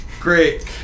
Great